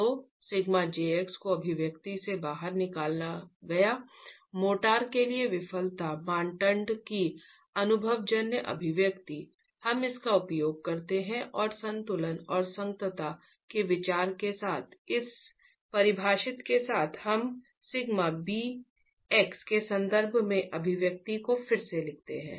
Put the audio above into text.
तो σ jx को अभिव्यक्ति से बाहर निकाला गया मोर्टार के लिए विफलता मानदंड की अनुभवजन्य अभिव्यक्ति हम इसका उपयोग करते हैं और संतुलन और संगतता के विचार के साथ इस परिभाषित के साथ हम σ bx के संदर्भ में अभिव्यक्ति को फिर से लिखते हैं